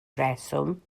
reswm